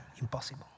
Impossible